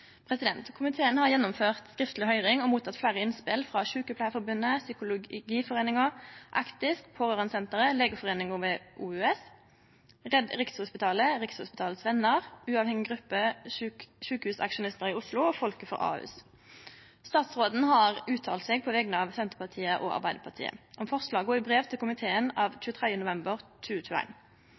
Komiteen har gjennomført skriftleg høyring og motteke fleire innspel, frå Sykepleierforbundet, Psykologforeningen, Actis, Pårørendesenteret, Legeforeningen ved OUS, Redd Rikshospitalet, Rikshospitalets Venner, Uavhengig gruppe sykehusaksjonister i Oslo og Folket for Ahus. Statsråden har uttalt seg på vegner av Senterpartiet og Arbeidarpartiet om forslaga i brev til komiteen av 23. november